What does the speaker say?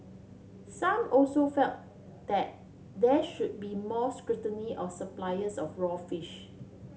some also felt that there should be more scrutiny of suppliers of raw fish